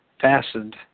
fastened